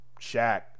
Shaq